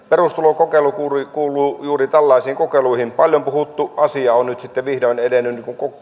perustulokokeilu kuuluu juuri tällaisiin kokeiluihin paljon puhuttu asia on nyt sitten vihdoin edennyt